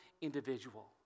individual